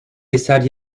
eser